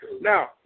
Now